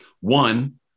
One